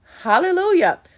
Hallelujah